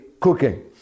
cooking